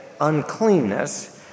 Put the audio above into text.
uncleanness